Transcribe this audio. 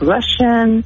Russian